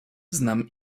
znam